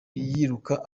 yiruka